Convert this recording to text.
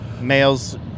males